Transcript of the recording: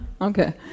okay